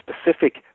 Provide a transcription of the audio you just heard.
specific